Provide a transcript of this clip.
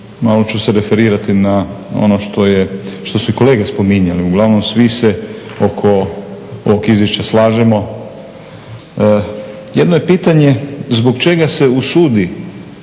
malo ću se referirati na ono što su i kolege spominjali, uglavnom svi se oko ovog izvješća slažemo. Jedno je pitanje zbog čega se usudi